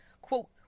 Quote